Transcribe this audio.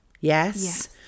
yes